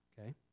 okay